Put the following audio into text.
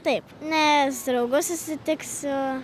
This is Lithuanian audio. taip nes draugus susitiksiu